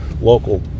local